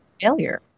failure